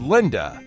Linda